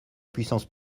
puissance